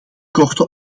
korte